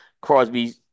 Crosby